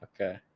Okay